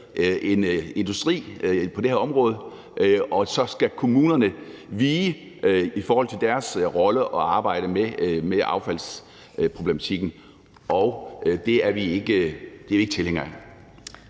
en industri på det her område, og at kommunerne skal vige i forhold til deres rolle med at arbejde med affaldsproblematikken – og det er vi ikke tilhængere af.